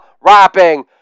rapping